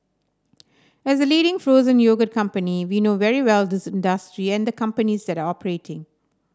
as the leading frozen yogurt company we know very well this industry and the companies that operating